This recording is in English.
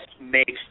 makes